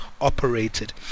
operated